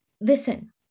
listen